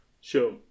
Sure